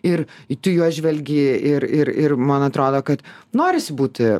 ir į tu juos žvelgi ir ir ir man atrodo kad norisi būti